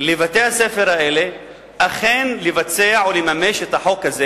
לבתי-הספר האלה אכן לבצע או לממש את החוק הזה.